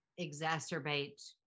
exacerbate